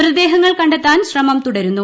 മൃതദേഹങ്ങൾ കണ്ടെത്താൻ ശ്രമം തുടരുന്നു